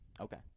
Okay